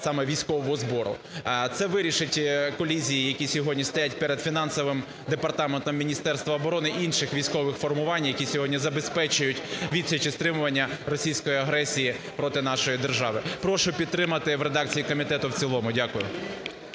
саме військового збору. Це вирішать колізії, які сьогодні стоять перед фінансовим департаментом Міністерства оборони і інших військових формувань, які сьогодні забезпечують відсіч і стримування російської агресії проти нашої держави. Прошу підтримати в редакції комітету в цілому. Дякую.